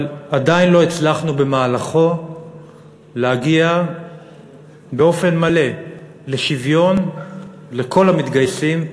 אבל עדיין לא הצלחנו במהלכו להגיע באופן מלא לשוויון לכל המתגייסים,